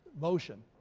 motion.